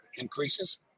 increases